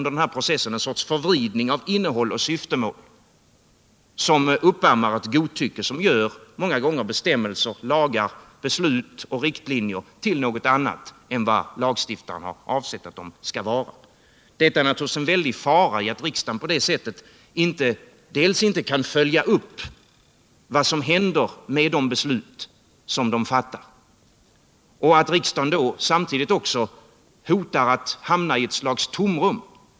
Denna förvridning uppammar ett godtycke, som många gånger gör bestämmelser och lagar, beslut och riktlinjer till någonting annat än vad lagstiftaren har avsett att de skall vara. Det ligger naturligtvis en väldig fara i att riksdagen på det sättet dels inte kan följa upp vad som händer med de beslut som riksdagen fattat, dels att riksdagen därigenom hotas av att hamna i ett slags tomrum.